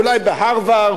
אולי בהרווארד,